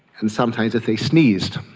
and sometimes if they sneezed,